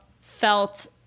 felt